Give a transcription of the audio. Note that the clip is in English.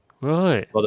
Right